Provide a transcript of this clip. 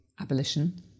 abolition